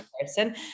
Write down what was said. person